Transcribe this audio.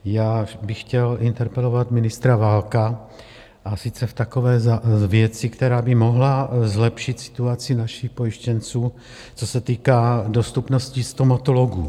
Já bych chtěl interpelovat ministra Válka, a sice v takové věci, která by mohla zlepšit situaci našich pojištěnců, co se týká dostupnosti stomatologů.